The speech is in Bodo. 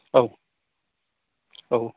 औ औ